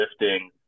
lifting